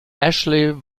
ashley